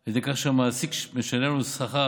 על ידי כך שהמעסיק משלם לו שכר